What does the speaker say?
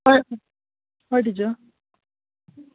हय हय टिचर